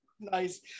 Nice